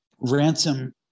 Ransom